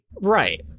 Right